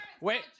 Wait